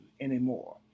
anymore